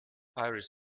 irish